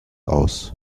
aus